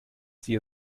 sie